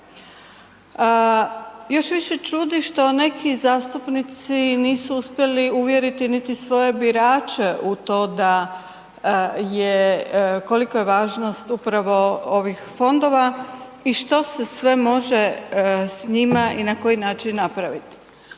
Još više čudi što neki zastupnici nisu uspjeli uvjeriti niti svoje birače u to da je, kolika je važnost upravo ovih fondova i što se sve može s njima i na koji način napraviti.